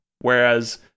whereas